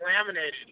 laminated